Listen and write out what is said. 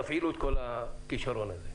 תפעילו את כל הכישרון הזה,